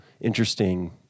interesting